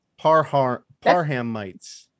Parhamites